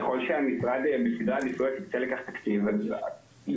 ככל שהמשרד ירצה לקחת תקציב בסדרי העדיפויות,